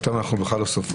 ואותם אנחנו בכלל לא סופרים?